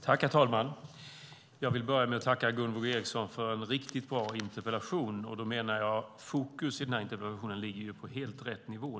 Herr talman! Jag vill börja med att tacka Gunvor G Ericson för en riktigt bra interpellation. Då menar jag att fokus i denna interpellation ligger på helt rätt nivå.